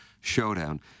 showdown